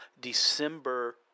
December